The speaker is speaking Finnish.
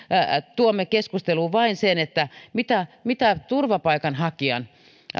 tuomme keskusteluun vain sen mitä mitä turvapaikanhakijan